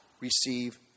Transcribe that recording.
receive